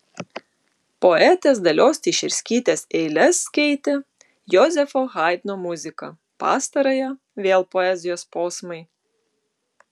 poetės dalios teišerskytės eiles keitė jozefo haidno muzika pastarąją vėl poezijos posmai